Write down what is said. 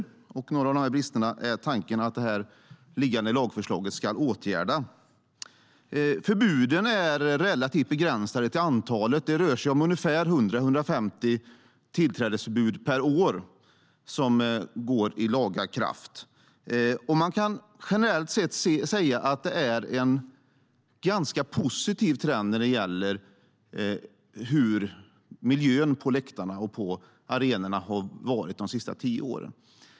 Tanken är att några av dessa brister ska åtgärdas genom det föreliggande lagförslaget. Förbuden är relativt begränsade till antalet. Det rör sig om 100-150 tillträdesförbud per år som vinner laga kraft. Man kan generellt säga att det har varit en ganska positiv trend när det gäller miljön på läktarna och arenorna under de senaste tio åren.